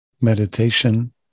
meditation